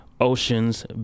oceans